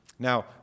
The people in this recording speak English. Now